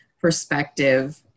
perspective